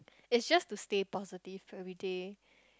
it's just to stay positive everyday